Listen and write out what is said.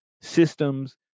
systems